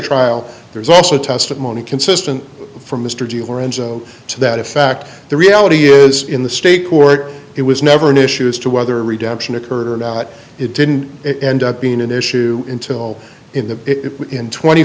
trial there's also testimony consistent from mr g orange to that effect the reality is in the state court it was never an issue as to whether redemption occurred or not it didn't end up being an issue until in the twenty